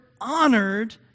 honored